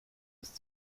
ist